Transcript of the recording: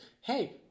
hey